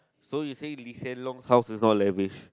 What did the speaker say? so you saying Lee-Hsien-Loong house is not leverage